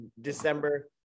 December